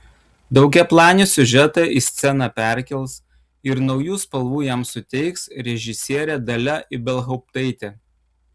daugiaplanį siužetą į sceną perkels ir naujų spalvų jam suteiks režisierė dalia ibelhauptaitė